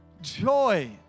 joy